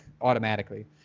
automatically